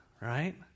right